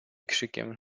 krzykiem